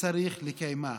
וצריך לקיימה.